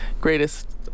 greatest